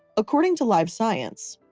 according to live science,